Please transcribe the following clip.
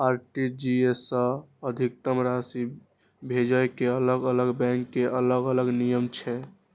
RTGS सं अधिकतम राशि भेजै के अलग अलग बैंक के अलग अलग नियम छै